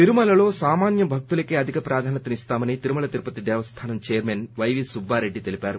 తిరుమలలో సామాన్య భక్తులకే అధిక ప్రాధాన్యత ఇస్తామని తిరుమల తిరుపతి దేవస్టానం చైర్మన్ వైవీ సుబ్బారెడ్డి తెలిపారు